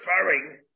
referring